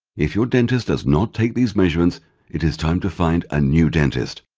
if your dentist does not take these measurements it is time to find a new dentist.